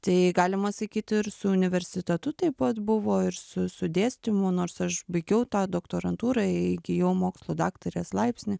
tai galima sakyti ir su universitetu taip pat buvo ir su su dėstymu nors aš baigiau tą doktorantūrą įgijau mokslo daktarės laipsnį